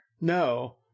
No